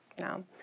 No